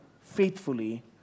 faithfully